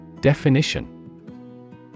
Definition